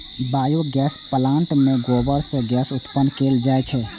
biogas plant मे गोबर सं गैस उत्पन्न कैल जाइ छै